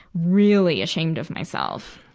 really ashamed of myself.